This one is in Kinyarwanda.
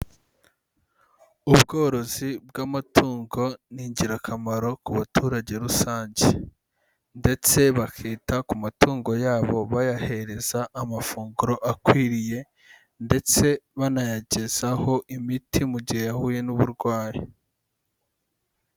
Ubworozi bw'amatungo ni ingirakamaro ku baturage rusange ndetse bakita ku matungo yabo, bayahereza amafunguro akwiriye ndetse banayagezaho imiti mu gihe yahuye n'uburwayi.